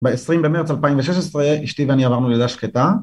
בעשרים במרץ אלפיים ושש עשרה אשתי ואני עברנו לידה שקטה